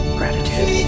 gratitude